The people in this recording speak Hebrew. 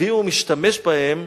ואם הוא משתמש בהם,